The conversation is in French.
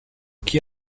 qui